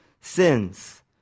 sins